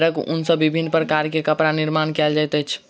भेड़क ऊन सॅ विभिन्न जाड़ के कपड़ा निर्माण कयल जाइत अछि